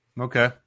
Okay